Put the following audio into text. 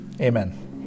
amen